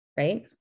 right